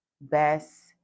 best